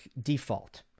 default